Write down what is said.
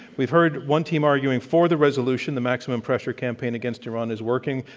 we've heard one team arguing for the resolution, the maximum pressure campaign against iran is working.